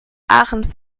aachen